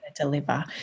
deliver